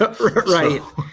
Right